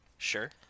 Sure